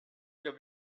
your